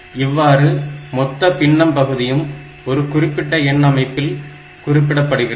இவ்வாறு மொத்த பின்னம் பகுதியும் ஒரு குறிப்பிட்ட எண் அமைப்பில் குறிப்பிடப்படுகிறது